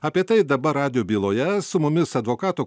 apie tai dabar radijo byloje su mumis advokatų